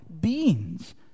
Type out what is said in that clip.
beings